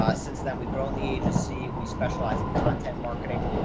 ah since then we've grown the agency, we specialize in content marketing.